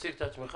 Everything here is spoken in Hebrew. תציג את עצמך.